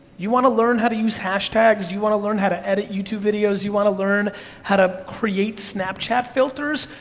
you wanna learn how to use hashtags, you wanna learn how to edit youtube videos, you wanna learn how to create snapchat filters?